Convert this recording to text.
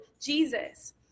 Jesus